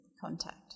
contact